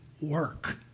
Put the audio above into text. work